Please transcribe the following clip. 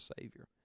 Savior